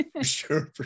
Sure